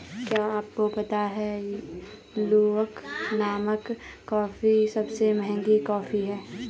क्या आपको पता है लूवाक नामक कॉफ़ी सबसे महंगी कॉफ़ी है?